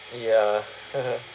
ya